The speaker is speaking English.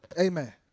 Amen